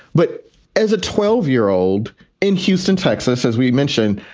but as a twelve year old in houston, texas, as we mentioned,